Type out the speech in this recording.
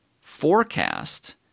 forecast